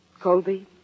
Colby